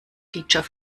feature